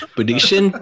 Prediction